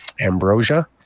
ambrosia